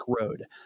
road